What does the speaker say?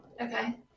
Okay